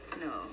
No